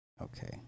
Okay